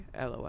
lol